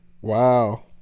Wow